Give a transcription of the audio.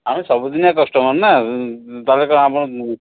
ଆମେ ସବୁଦିନିଆ କଷ୍ଟମର୍ ନା ତମେ କ'ଣ ଆମ